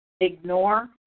Ignore